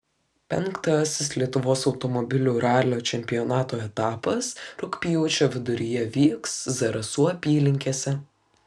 penktasis lietuvos automobilių ralio čempionato etapas rugpjūčio viduryje vyks zarasų apylinkėse